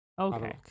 Okay